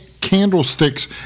candlesticks